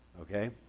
Okay